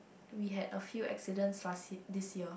we had a few accidents last this year